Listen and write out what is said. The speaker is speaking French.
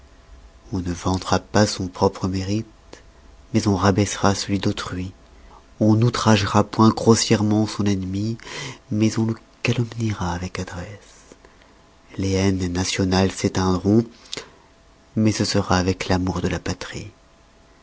on ne vantera pas son propre mérite mais on rabaissera celui d'autrui on n'outragera point grossièrement son ennemi mais on le calomniera avec adresse les haines nationales s'éteindront mais ce sera avec l'amour de la patrie